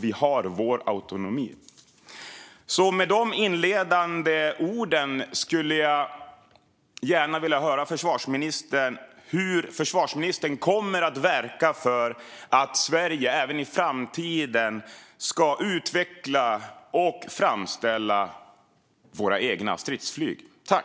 Vi har vår autonomi. Med de inledande orden skulle jag gärna vilja höra hur försvarsministern kommer att verka för att Sverige även i framtiden ska utveckla och framställa egna stridsflygplan.